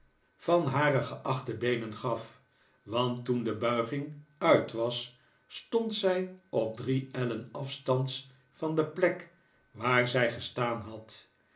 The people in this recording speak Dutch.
van hare geachte beenen gaf want toen de buiging uit wan stond zy op drie ellen afstands van de plek waar zy gestaan had